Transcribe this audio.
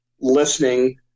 listening